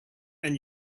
and